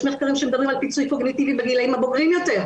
יש מחקרים שמדברים על פיצוי קוגניטיבי בגילאים הבוגרים יותר,